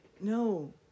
No